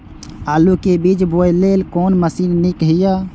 आलु के बीज बोय लेल कोन मशीन नीक ईय?